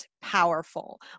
powerful